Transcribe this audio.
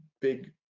big